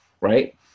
right